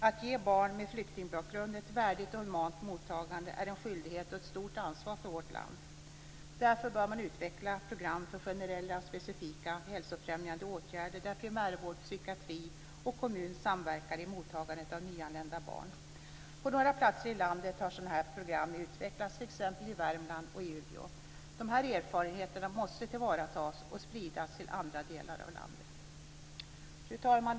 Att ge barn med flyktingbakgrund ett värdigt och humant mottagande är en skyldighet och ett stort ansvar för vårt land. Därför bör man utveckla program för generella och specifika hälsofrämjande åtgärder där primärvård, psykiatri och kommun samverkar i mottagandet av nyanlända barn. På några platser i landet har sådana program utvecklats, t.ex. i Värmland och i Umeå. Dessa erfarenheter måste tillvaratas och spridas till andra delar av landet. Fru talman!